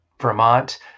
Vermont